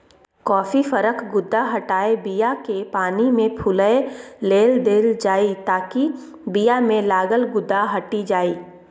coffee फरक गुद्दा हटाए बीयाकेँ पानिमे फुलए लेल देल जाइ ताकि बीयामे लागल गुद्दा हटि जाइ